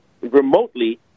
remotely